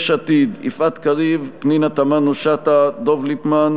יש עתיד: יפעת קריב, פנינה תמנו-שטה ודב ליפמן.